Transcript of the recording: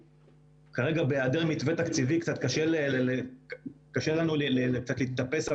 שכרגע בהיעדר מתווה תקציבי קצת קשה לנו להתאפס על